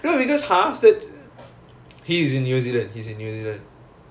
wait so is he in new zealand or [what]